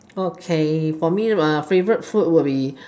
okay for me favourite food would be